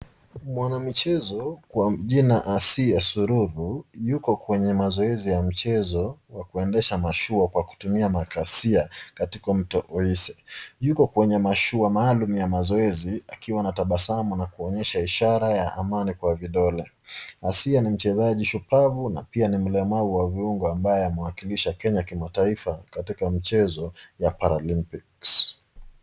Mwanamichezo kwa jina Asia Sulubu, yuko kwenye mazoezi ya mchezo wa kuendesha mashua kwa kutumia makakasia katika mto Uese, yuko kwenye mashua maaluma ya mazoezi akiwa anatabasamu na kuonyesha ishara ya amani kwa vidole, Asia ni mchezaji shupavu na pia ni mlemavu wa viungo ambaye ameaakilisha Kenya katika michezo ya paralympics .